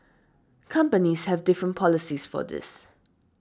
companies have different policies for this